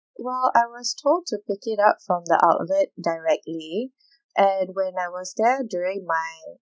while I was told to pick it up from the outlet directly and when I was there during my